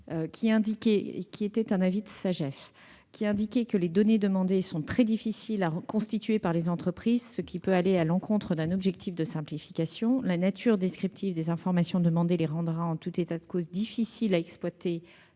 la sagesse des députés, en indiquant que les données demandées sont très difficiles à constituer par les entreprises, ce qui peut aller à l'encontre d'un objectif de simplification. La nature descriptive des informations demandées les rendra, en tout état de cause, difficiles à exploiter